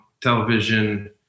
television